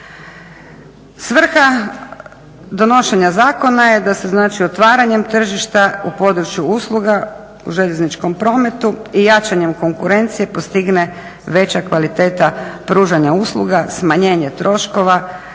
Svrha donošenja zakona je da se znači otvaranjem tržišta u području usluga u željezničkom prometu i jačanjem konkurencije postigne veća kvaliteta pružanja usluga, smanjenje troškova,